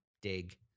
dig